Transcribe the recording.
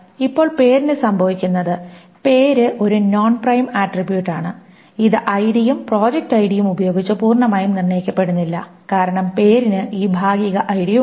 ഇപ്പോൾ പേരിനു സംഭവിക്കുന്നത് പേര് ഒരു നോൺ പ്രൈം ആട്രിബ്യൂട്ട് ആണ് ഇത് ഐഡിയും പ്രോജക്റ്റ് ഐഡിയും ഉപയോഗിച്ച് പൂർണ്ണമായും നിർണ്ണയിക്കപ്പെടുന്നില്ല കാരണം പേരിനു ഈ ഭാഗിക ഐഡി ഉണ്ട്